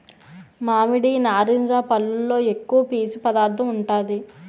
మామిడి, నారింజ పల్లులో ఎక్కువ పీసు పదార్థం ఉంటాది